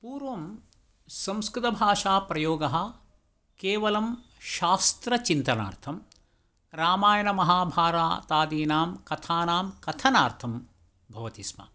पूर्वं संस्कृतभाषाप्रयोगः केवलं शास्त्रचिन्तनार्थं रामायणमहाभारतादिनां कथानां कथनार्थं भवति स्म